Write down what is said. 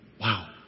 Wow